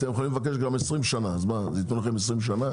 אתם יכולים לבקש גם 20 שנה, אז ייתנו לכם 20 שנה?